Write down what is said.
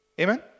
Amen